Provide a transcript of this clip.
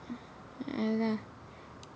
என்ன:enna